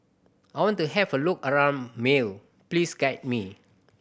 I want to have a look around Male please guide me